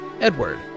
Edward